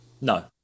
No